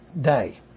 day